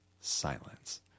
Silence